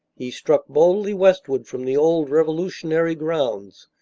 he struck boldly westward from the old revolutionary grounds,